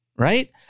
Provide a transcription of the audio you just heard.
Right